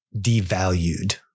devalued